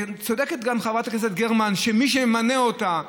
וצודקת גם חברת הכנסת גרמן, שמי שממנה אותה,